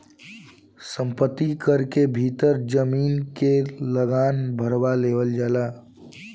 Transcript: संपत्ति कर के भीतर जमीन के लागान भारवा लेवल जाला